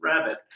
rabbit